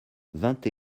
vingt